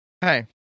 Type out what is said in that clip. Hey